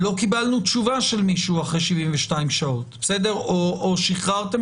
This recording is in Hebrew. לא קיבלנו תשובה של מישהו אחרי 72 שעות או שחררתם